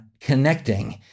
connecting